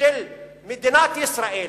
של מדינת ישראל